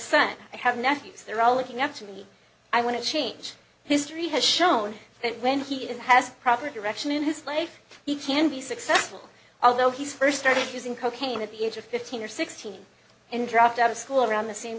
son i have nephews they're all looking up to me i want to change history has shown that when he is has proper direction in his life he can be successful although he first started using cocaine at the age of fifteen or sixteen and dropped out of school around the same